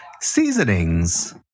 seasonings